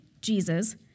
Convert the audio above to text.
Jesus